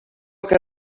que